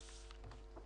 מילים.